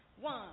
One